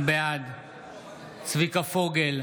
בעד צביקה פוגל,